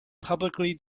publicly